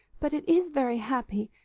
but it is very happy,